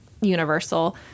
universal